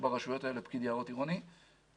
ברשויות האלה פקיד יערות עירוני שעובד